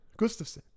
Gustafsson